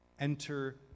enter